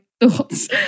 thoughts